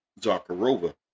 Zakharova